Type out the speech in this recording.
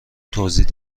توضیح